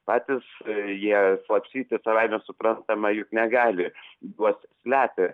patys jie slapstytis savaime suprantama juk negali juos slepia